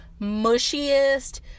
mushiest